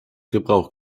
gebrauch